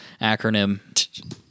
acronym